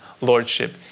lordship